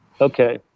okay